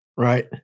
Right